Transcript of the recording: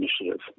initiative